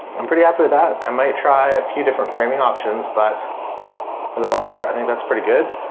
i'm pretty happy with that. i might try a few different framing options, but for the most part i think that's pretty good.